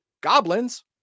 goblins